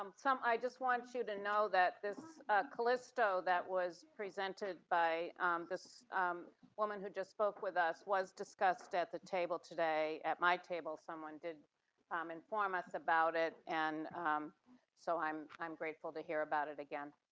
um sam, i just want you to know that this callisto that was presented by this woman who just spoke with us was discussed at the table today at my table, someone did um inform us about it. and so i'm, i'm grateful to hear about it again.